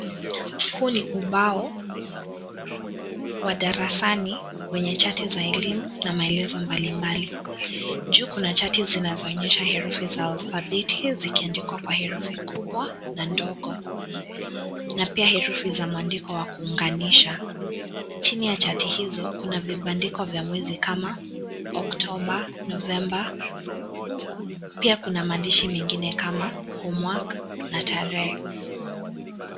Huu ni ubao wa darasani, wenye chati za elimu na maelezo mbalimbali. Juu kuna chati zinazo onyesha herufi za alphabeti, zikiandikwa kwa herufi kubwa na ndogo. Na pia herufi za mwandiko wa kuunganisha. Chini ya chati hizo, kuna vibandiko vya mwezi kama oktoba, novemba. Pia kuna mandishi mengine kama homework na tarehe.